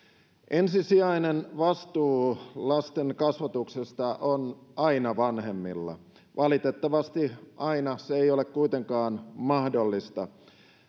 ensisijainen vastuu lasten kasvatuksesta on aina vanhemmilla valitettavasti aina se ei ole kuitenkaan mahdollista